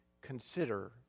consider